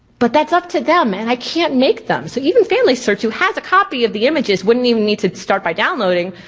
but that's up to them and i can't make them. so even familysearch, who has a copy of the images, wouldn't even need to start by downloading.